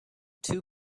two